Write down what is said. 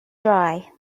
dry